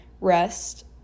rest